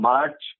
March